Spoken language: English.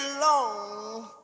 long